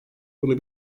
bunu